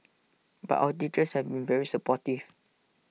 but our teachers have been very supportive